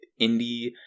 indie